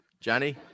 Johnny